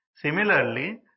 Similarly